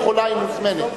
היא יכולה, היא מוזמנת.